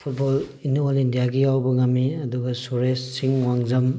football in all ꯏꯟꯗꯤꯌꯥꯒꯤ ꯌꯥꯎꯕ ꯉꯝꯃꯤ ꯑꯗꯨꯒ ꯁꯨꯔꯦꯁ ꯁꯤꯡ ꯋꯥꯡꯖꯝ